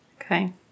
Okay